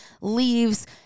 leaves